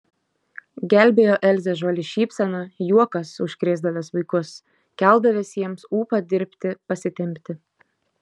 gelbėjo elzę žvali šypsena juokas užkrėsdavęs vaikus keldavęs jiems ūpą dirbti pasitempti